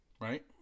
Right